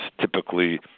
typically